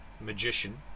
magician